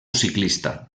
ciclista